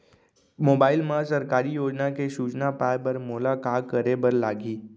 mobile मा सरकारी योजना के सूचना पाए बर मोला का करे बर लागही